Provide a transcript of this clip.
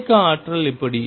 இயக்க ஆற்றல் எப்படி